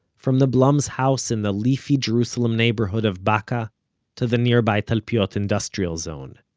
from the blum's house in the leafy jerusalem neighborhood of baka'a to the nearby talpiot industrial zone.